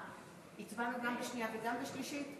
הצבענו גם בשנייה וגם בשלישית?